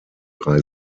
drei